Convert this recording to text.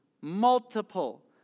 multiple